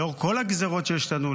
לאור כל הגזרות שיש לנו,